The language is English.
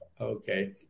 Okay